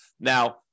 Now